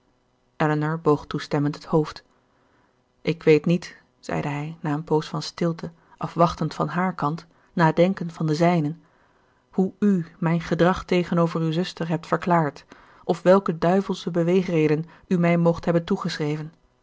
elinor boog toestemmend het hoofd ik weet niet zeide hij na een poos van stilte afwachtend van hààr kant nadenkend van den zijnen hoe u mijn gedrag tegenover uwe zuster hebt verklaard of welke duivelsche beweegreden u mij moogt hebben